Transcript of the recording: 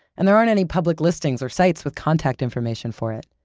and there aren't any public listings or sites with contact information for it,